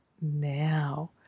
now